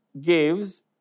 gives